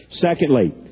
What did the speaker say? Secondly